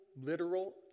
literal